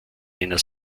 einer